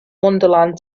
wonderland